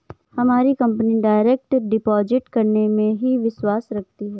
हमारी company direct deposit करने में ही विश्वास रखती है